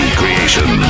creation